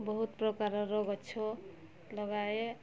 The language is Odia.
ବହୁତ ପ୍ରକାରର ଗଛ ଲଗାଏ